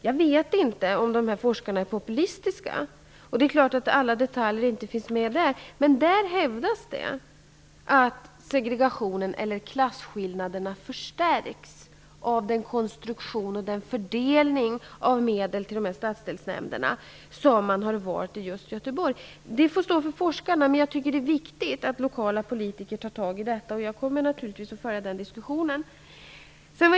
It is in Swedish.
Jag vet inte om dessa forskare är populistiska, och det klart att alla detaljer inte finns med i rapporten. Men där hävdas det att segregationen, eller klasskillnaderna, förstärks av den konstruktion för fördelning av medel till stadsdelsnämnderna som man har valt i just Göteborg. Det får stå för forskarna, men det är viktigt att lokala politiker tar tag i detta, och jag kommer naturligtvis att föra den diskussionen.